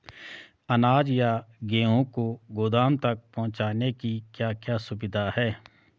अनाज या गेहूँ को गोदाम तक पहुंचाने की क्या क्या सुविधा है?